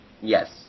Yes